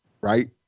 right